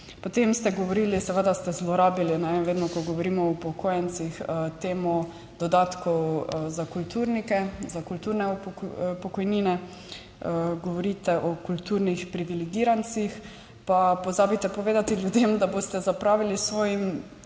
Potem ste govorili, seveda ste zlorabili in vedno, ko govorimo o upokojencih, temo dodatkov za kulturnike, za kulturne pokojnine, govorite o kulturnih privilegirancih, pa pozabite. Povedati, ljudem, da boste zapravili s svojim